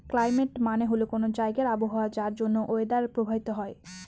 climate মানে হল কোনো জায়গার আবহাওয়া যার জন্য ওয়েদার প্রভাবিত হয়